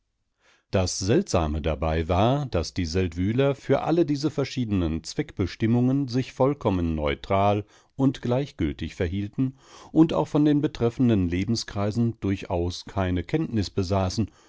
das seltsame dabei war daß die seldwyler für alle diese verschiedenen zweckbestimmungen sich vollkommen neutral und gleichgültig verhielten und auch von den betreffenden lebenskreisen durchaus keine kenntnis besaßen